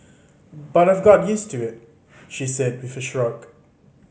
but I've got used to it she said with a shrug